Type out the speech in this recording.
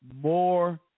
more